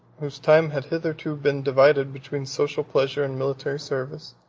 whose time had hitherto been divided between social pleasure and military service,